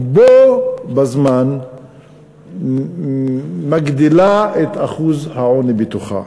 ובו בזמן מגדילה את אחוז העוני בתוכה?